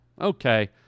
Okay